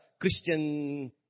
Christian